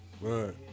Right